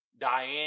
Diane